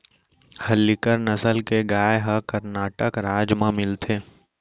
हल्लीकर नसल के गाय ह करनाटक राज म मिलथे